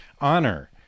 honor